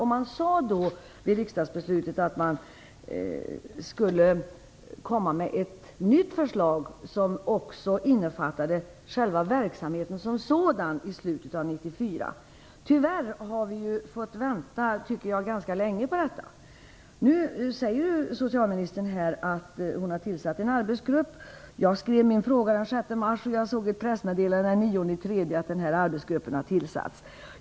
Man sade i samband med beslutet att man skulle komma med ett nytt förslag, som också innefattar själva verksamheten som sådan, i slutet av 1994. Tyvärr har vi fått vänta ganska länge på detta. Nu säger socialministern att hon har tillsatt en arbetsgrupp. Jag skrev min fråga den 6 mars, och jag såg i ett pressmeddelande den 9 mars att arbetsgruppen hade tillsatts.